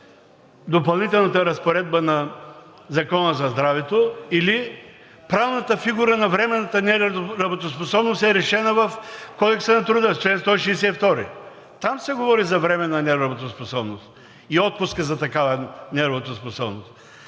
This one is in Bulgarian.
Допълнителната разпоредба на Закона за здравето, или правната фигура на временната неработоспособност е решена в Кодекса на труда – чл. 162? Там се говори за временна неработоспособност и отпуска за такава неработоспособност.